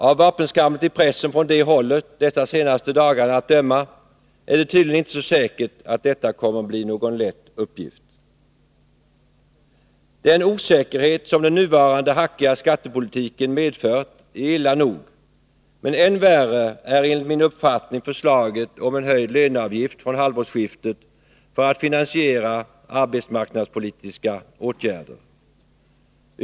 Av vapenskramlet i pressen från det hållet de senaste dagarna att döma är det tydligen inte så säkert att detta kommer att bli någon lätt uppgift. Den osäkerhet som den nuvarande hackiga skattepolitiken har medfört är illa nog, men än värre är enligt min uppfattning förslaget om en höjd löneavgift från halvårsskiftet för att finansiera arbetsmarknadspolitiska åtgärder.